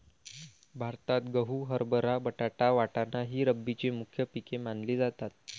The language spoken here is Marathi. भारतात गहू, हरभरा, बटाटा, वाटाणा ही रब्बीची मुख्य पिके मानली जातात